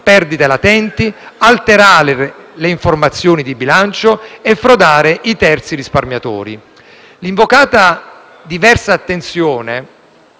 perdite latenti, alterare le informazioni di bilancio e frodare i terzi risparmiatori. L'invocata diversa attenzione